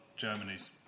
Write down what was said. Germany's